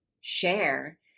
share